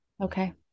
okay